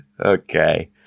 Okay